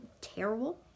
terrible